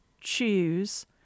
choose